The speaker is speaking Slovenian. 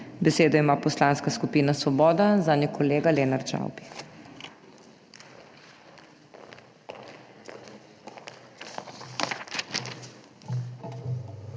Besedo ima Poslanska skupina Svoboda, zanjo kolega Lenart Žavbi.